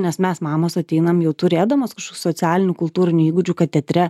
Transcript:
nes mes mamos ateinam jau turėdamos socialinių kultūrinių įgūdžių kad teatre